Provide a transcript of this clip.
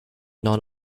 non